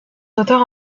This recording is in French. auteurs